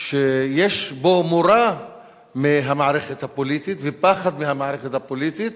שיש בו מורא מהמערכת הפוליטית ופחד מהמערכת הפוליטית